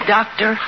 Doctor